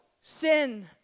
sin